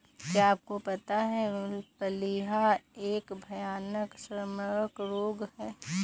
क्या आपको पता है प्लीहा एक भयानक संक्रामक रोग है?